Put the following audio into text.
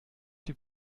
die